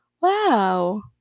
Wow